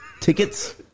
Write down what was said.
Tickets